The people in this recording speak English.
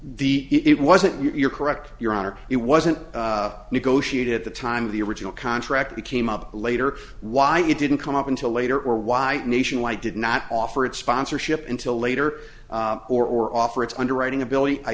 the it wasn't you're correct your honor it wasn't negotiated at the time of the original contract became up later why it didn't come up until later or why it nationwide did not offer its sponsorship until later or offer its underwriting ability i